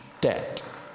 debt